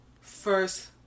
first